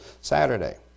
Saturday